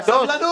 קדוש?